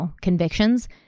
convictions